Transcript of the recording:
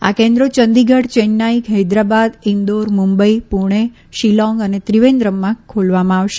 આ કેન્દ્રો ચંદીગઢ ચેન્નાઈ હૈદરાબાદ ઈન્દોર મુંબઈ પુણે શિલોંગ અને ત્રિવેન્દ્રમમાં ખોલવામાં આવશે